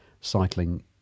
cycling